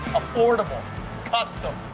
affordable custom!